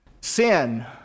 sin